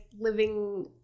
living